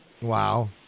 Wow